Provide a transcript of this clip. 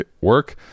work